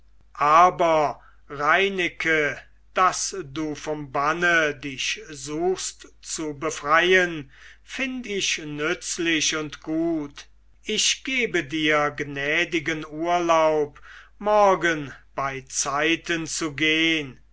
aber reineke daß du vom banne dich suchst zu befreien find ich nützlich und gut ich gebe dir gnädigen urlaub morgen beizeiten zu gehn